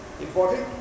important